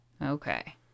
Okay